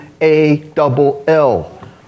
A-double-L